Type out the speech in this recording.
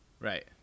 right